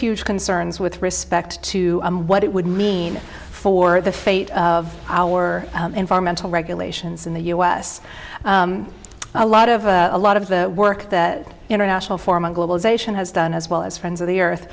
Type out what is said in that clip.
huge concerns with respect to what it would mean for the fate of our environmental regulations in the u s a lot of a lot of the work that international form of globalization has done as well as friends of the earth